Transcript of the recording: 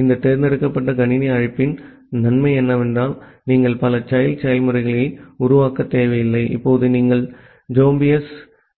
இந்த தேர்ந்தெடுக்கப்பட்ட கணினி அழைப்பின் நன்மை என்னவென்றால் நீங்கள் பல child செயல்முறைகளை உருவாக்க தேவையில்லை இப்போது நீங்கள் ஜோம்பிஸ்